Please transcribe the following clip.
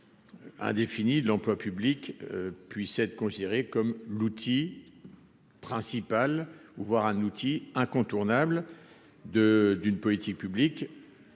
indéfinie de l'emploi public puisse être considérée comme l'outil principal ou voir un outil incontournable de d'une politique publique,